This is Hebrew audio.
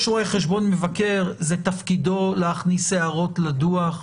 יש רואה חשבון מבקר, זה תפקידו להכניס הערות לדוח.